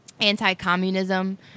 anti-communism